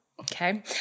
okay